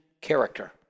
character